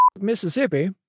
Mississippi